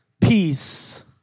peace